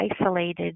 isolated